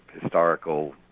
historical